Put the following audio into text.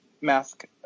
mask